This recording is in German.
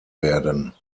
werden